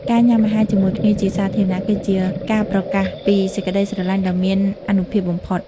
ការញុាំអាហារជាមួយគ្នាជាសាធារណៈ គឺជាការប្រកាសពីសេចក្ដីស្រឡាញ់ដ៏មានអានុភាពបំផុត។